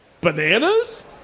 bananas